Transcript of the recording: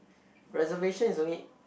reservation is only